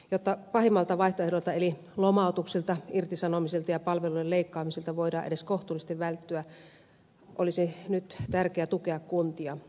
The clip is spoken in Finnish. jotta pahimmalta vaihtoehdolta eli lomautuksilta irtisanomisilta ja palvelujen leikkaamisilta voidaan edes kohtuullisesti välttyä olisi nyt tärkeää tukea kuntia